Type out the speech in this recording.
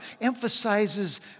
emphasizes